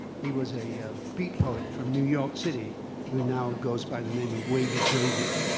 he was a beat poet from new york city who now goes by the name of wavy gravy.